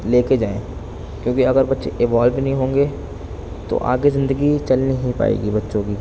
لے کے جائیں کیونکہ اگر بچّے ایوولو ہی نہیں ہوں گے تو آگے زندگی چل نہیں پائے گی بچّوں کی